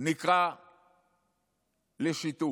נקרא לשיתוף,